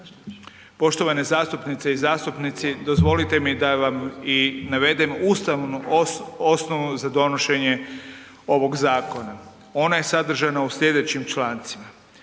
Poštovani zastupnice i zastupnici, dozvolite mi da vam i navedem ustavnu osnovu za donošenje ovog zakona. Ona je sadržana u sljedećim člancima.